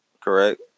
correct